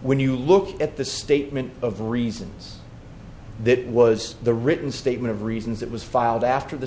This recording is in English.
when you look at the statement of reasons that was the written statement of reasons that was filed after the